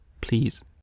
Please